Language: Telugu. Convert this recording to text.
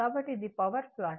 కాబట్టి ఇది పవర్ ప్లాట్